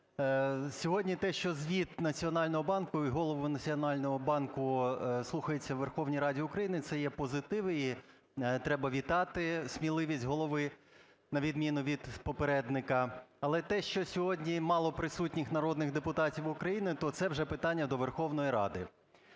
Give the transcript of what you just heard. сьогодні те, що звіт Національного банку і Голову Національного банку слухається в Верховній Раді України – це є позитиви, треба вітати сміливість голови на відміну від попередника. Але те, що сьогодні мало присутніх народних депутатів України, то це вже питання до Верховної Ради.